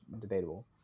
Debatable